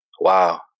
Wow